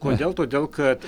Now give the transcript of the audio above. kodėl todėl kad